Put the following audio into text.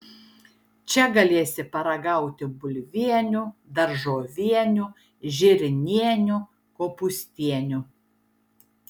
čia galėsi paragauti bulvienių daržovienių žirnienių kopūstienių